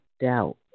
doubt